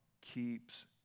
keeps